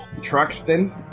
truxton